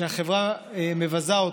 שהחברה מבזה אותך,